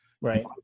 Right